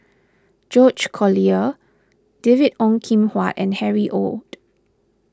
George Collyer David Ong Kim Huat and Harry Ord